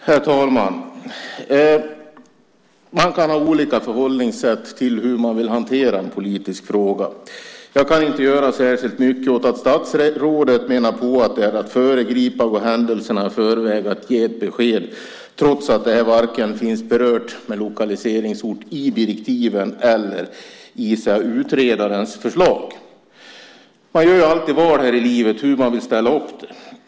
Herr talman! Man kan ha olika förhållningssätt till hur man vill hantera en politisk fråga. Jag kan inte göra särskilt mycket åt att statsrådet menar att det är att föregripa och gå händelserna i förväg om man ger ett besked trots att lokaliseringsort varken finns berört i direktiven eller i utredarens förslag. Man gör alltid val här i livet när det gäller hur man vill ställa upp det hela.